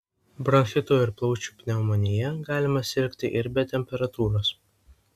bronchitu ir plaučių pneumonija galima sirgti ir be temperatūros